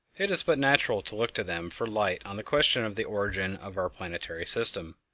it is but natural to look to them for light on the question of the origin of our planetary system